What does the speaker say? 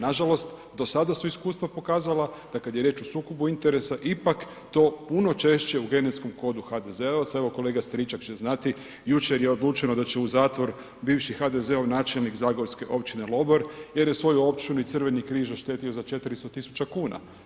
Nažalost, do sada su iskustva pokazala da kada je riječ o sukobu interesa ipak to puno češće u genetskom kodu HDZ-ovaca, evo kolega Stričak će znati jučer je odlučeno da u zatvor bivši HDZ-ov načelnik zagorske općine Lobor jer je svoju općinu i Crveni križ oštetio za 400.000 kuna.